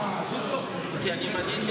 בוסו, בוסו, תתחיל.